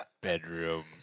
bedroom